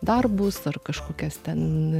darbus ar kažkokias ten